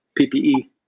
PPE